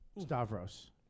Stavros